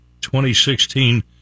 2016